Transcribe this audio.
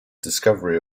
discovery